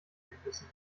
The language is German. gebissen